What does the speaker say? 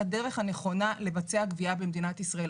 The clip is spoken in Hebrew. הדרך הנכונה לבצע גבייה במדינת ישראל.